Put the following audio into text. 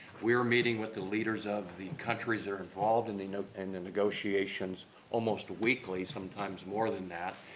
we're meeting with the leaders of the countries that are involved in the you know and the negotiations almost weekly, sometimes more than that,